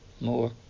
more